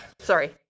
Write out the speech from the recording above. Sorry